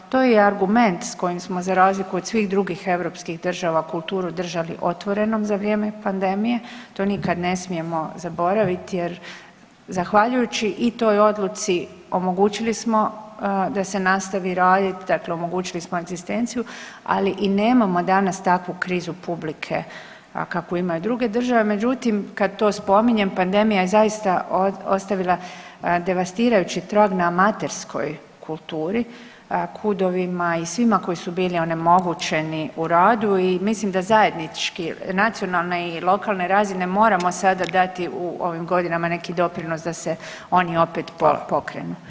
To je i argument s kojim smo za razliku od svih drugih europskih država kulturu držali otvorenom za vrijeme pandemije, to nikad ne smijemo zaboraviti jer zahvaljujući i toj odluci omogućili smo da se nastavi raditi, dakle omogućili smo egzistenciju, ali i nemamo danas takvu krizu publike kakvu imaju druge države, međutim, kad to spominjem, pandemija je ostavila devastirajući trag na amaterskoj kulturi, KUD-ovima i svima koji su bili onemogućeni u radu i mislim da zajednički, nacionalne i lokalne razine moramo sada dati u ovim godinama neki doprinos da se oni opet pokrenu.